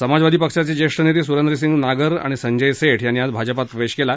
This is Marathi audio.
समाजवादी पक्षाचे ज्येष्ठं नेते सुरेंद्र सिंग नागर आणि संजय सेठ यांनी आज भाजपात प्रवेश केला